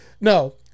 No